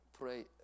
pray